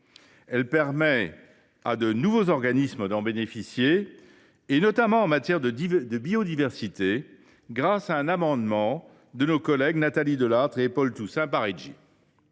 Elle permet à de nouveaux organismes d’en bénéficier, notamment à l’Agence française pour la biodiversité, grâce à un amendement de nos collègues Nathalie Delattre et Paul Toussaint Parigi.